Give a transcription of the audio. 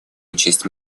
учесть